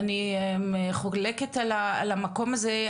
אני חולקת על המקום הזה.